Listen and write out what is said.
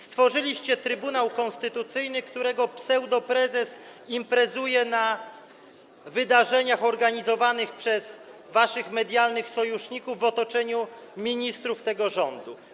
Stworzyliście Trybunał Konstytucyjny, którego pseudoprezes imprezuje na wydarzeniach organizowanych przez waszych medialnych sojuszników w otoczeniu ministrów tego rządu.